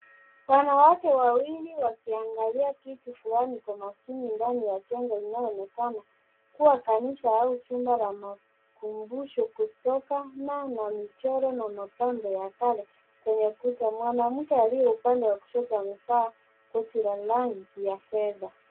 Wanawake wawili wakiangalia kitu fulani kwa makini ndani ya jengo linaonekana kuwa kanisa au jumba la makumbusho kutokana na michoro na mapambo kale kwenye ukuta. Mwanamke aliye upande wa kushoto amevaa koti la rangi ya fedha.